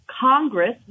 Congress